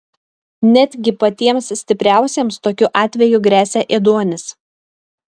netgi patiems stipriausiems tokiu atveju gresia ėduonis